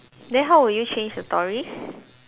then how will you change the story